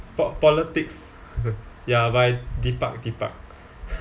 po~ politics ya by depark depark